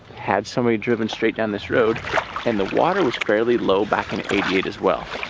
had somebody driven straight down this road and the water was fairly low back in eighty eight as well.